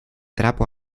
trapo